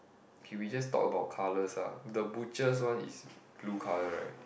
okay we just talk about colours ah the butchers one is blue colour right